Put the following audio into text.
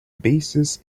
basis